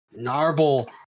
Narble